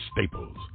Staples